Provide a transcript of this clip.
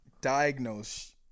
diagnose